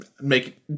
make